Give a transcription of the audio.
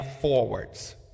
forwards